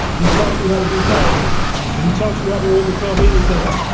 we taught you how to be tigers and we taught you how to overcome anything.